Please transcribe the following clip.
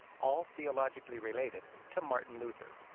all theologically related to martin luther.